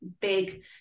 big